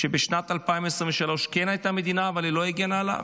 שבשנת 2023 כן הייתה מדינה אבל היא לא הגנה עליו?